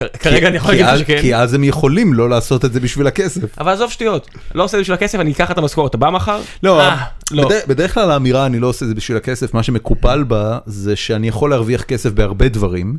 כי אז הם יכולים לא לעשות את זה בשביל הכסף אבל עזוב שטויות לא עושה בשביל הכסף אני אקח את המשכורת הבאה מחר לא לא בדרך כלל האמירה אני לא עושה את זה בשביל הכסף מה שמקופל בה זה שאני יכול להרוויח כסף בהרבה דברים.